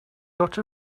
got